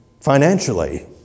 financially